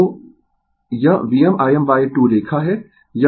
तो यह VmIm 2 रेखा है